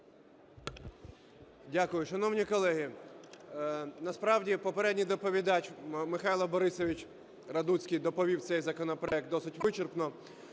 Дякую. Шановні колеги, насправді попередній доповідач Михайло Борисович Радуцький доповів цей законопроект досить вичерпно.